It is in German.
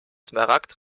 smaragd